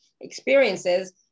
experiences